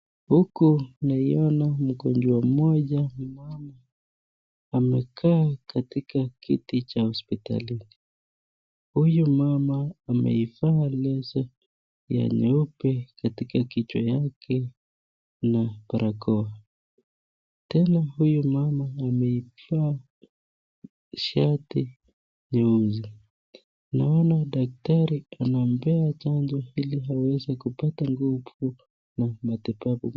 Huku naiona mgonjwa mmoja ni mama amekaa katika kiti cha hospitalini. Huyu mama ameivaa leso ya nyeupe katika kichwa yake na barakoa tena huyu mama ameivaa shati nyeusi. Naona daktari anampea chanjo ili aweze kupata nguvu na matibabu.